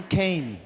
came